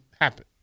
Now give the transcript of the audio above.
happen